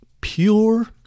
pure